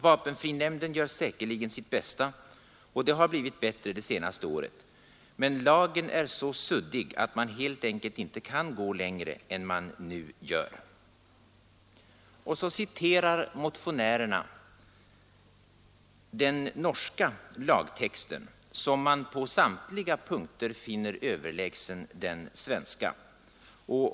Vapenfrinämnden gör säkerligen sitt bästa — och det har blivit bättre det senaste året — men lagen är så suddig, att man helt enkelt inte kan gå längre än man nu gör.” Så citerar motionärerna den norska lagtexten, som de på samtliga punkter finner överlägsen den svenska.